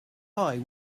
eye